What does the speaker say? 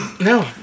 No